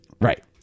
Right